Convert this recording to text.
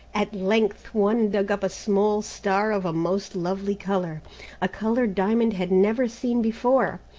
at length one dug up a small star of a most lovely colour a colour diamond had never seen before.